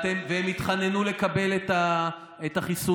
והם התחננו לקבל את החיסונים,